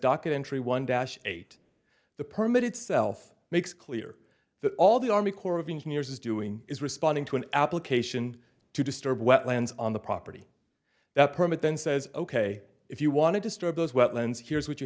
documentary one dash eight the permit itself makes clear that all the army corps of engineers is doing is responding to an application to disturb wetlands on the property that permit then says ok if you want to destroy those wetlands here's what you